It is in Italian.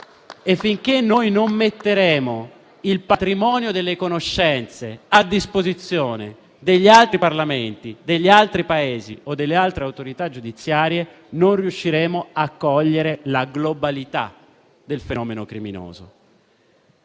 Finché non metteremo il patrimonio delle conoscenze a disposizione degli altri Parlamenti, degli altri Paesi o delle altre autorità giudiziarie non riusciremo a cogliere la globalità del fenomeno criminoso.